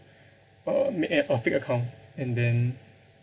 uh making a fake account and then